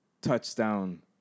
touchdown